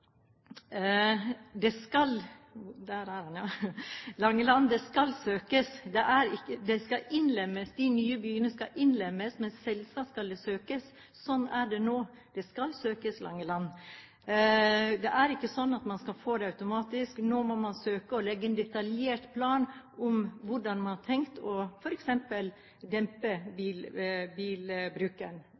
Det skal søkes – de nye byene skal innlemmes, men selvsagt skal det søkes. Sånn er det nå. Det skal søkes, Langeland. Det er ikke sånn at man skal få det automatisk. Nå må man søke å legge en detaljert plan om hvordan man har tenkt f.eks. å dempe bilbruken.